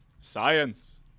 Science